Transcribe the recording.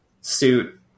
suit